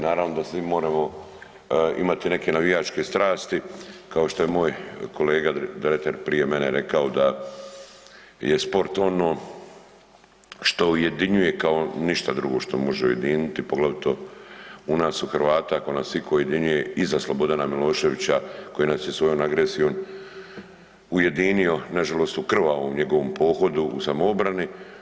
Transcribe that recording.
Naravno da svi moramo imati neke navijačke strasti kao što je moj kolega Dretar prije mene rekao da je sport ono što ujedinjuje kao ništa drugo što može ujediniti, poglavito u nas u Hrvata, ako nas itko ujedinjuje, iza Slobodana Miloševića koji nas je svojom agresijom ujedinio, nažalost u krvavom njegovom pohodu u samoobrani.